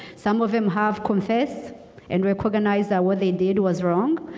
some of them have confessed and recognize that what they did was wrong.